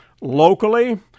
locally